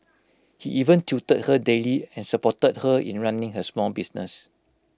he even tutored her daily and supported her in running her small business